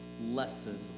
lesson